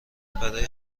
برای